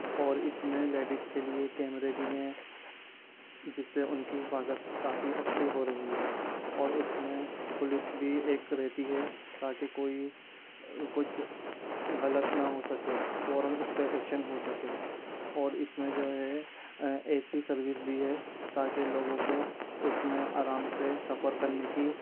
اور اس میں لیڈیز کے لئے کیمرے بھی ہیں جس سے ان کی حفاظت کافی اچھی ہو رہی ہے اور اس میں پولیس بھی ایک رہتی ہے تاکہ کوئی کچھ غلط نہ ہو سکے فوراً اس پہ ایکشن ہو سکے اور اس میں جو ہے اے سی سروس بھی ہے تاکہ لوگوں کو اس میں آرام سے سفر کرنے کی